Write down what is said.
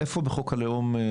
איפה בחוק הלאום,